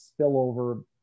spillover